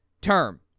term